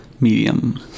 medium